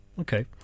Okay